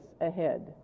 ahead